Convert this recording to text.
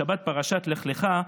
בשבת פרשת לך לך,